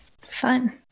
fun